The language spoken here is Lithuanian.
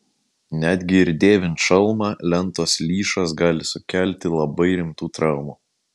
netgi ir dėvint šalmą lentos lyšas gali sukelti labai rimtų traumų